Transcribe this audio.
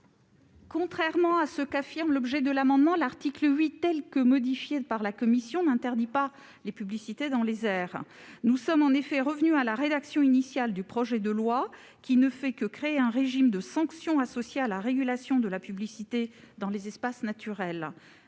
Contrairement à ce qu'indique l'objet de l'amendement, l'article 8, tel que modifié par la commission, n'interdit pas les publicités dans les airs. Nous sommes en effet revenus à la rédaction initiale du projet de loi, qui se contentait de créer un régime de sanction associé à la régulation de la publicité dans les espaces naturels.